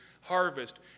harvest